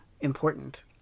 important